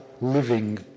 living